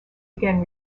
again